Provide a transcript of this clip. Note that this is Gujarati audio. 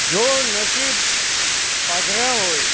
જો નસીબ પાધરા હોય